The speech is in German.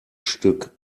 stück